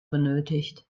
benötigt